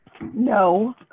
No